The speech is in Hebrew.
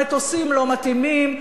המטוסים לא מתאימים,